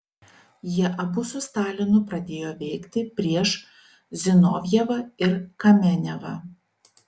jie abu su stalinu pradėjo veikti prieš zinovjevą ir kamenevą